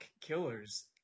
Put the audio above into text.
killers